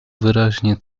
wyraźnie